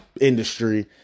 industry